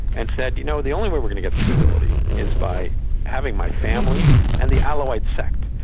and said, you know, the only way we're going to get stability is by having my family and the alawite sect.